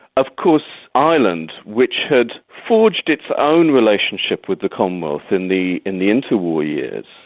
of course, ireland, which had forged its own relationship with the commonwealth in the in the interwar years,